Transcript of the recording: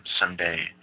someday